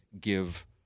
give